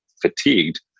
fatigued